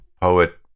poet